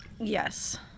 Yes